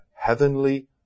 Heavenly